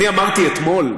אני אמרתי אתמול,